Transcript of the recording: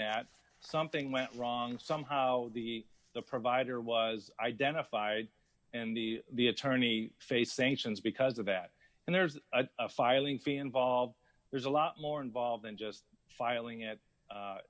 that something went wrong somehow the the provider was identified and the the attorney face sanctions because of that and there's a filing fee involved there's a lot more involved than just filing it